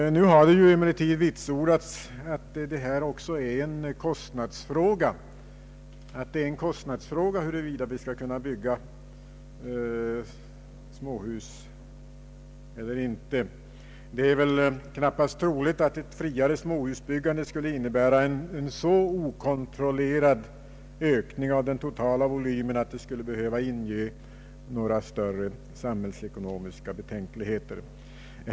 Nu har det emellertid vitsordats att det också är en kostnadsfråga huruvida vi skall kunna bygga småhus eller inte. Det är knappast troligt att ett friare småhusbyggande skulle innebära en så okontrollerad ökning av den totala volymen att det skulle behöva inge några större samhällsekonomiska betänkligheter.